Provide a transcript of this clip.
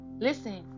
listen